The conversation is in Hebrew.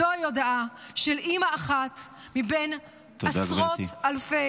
זוהי הודעה של אימא אחת, מבין -- תודה, גברתי.